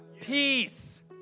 peace